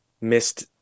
missed